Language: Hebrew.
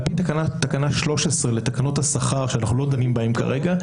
על פי תקנה 13 לתקנות השכר שאנחנו לא דנים בהן כרגע,